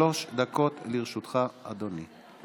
שלוש דקות לרשותך, אדוני.